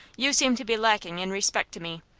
you seem to be lacking in respect to me.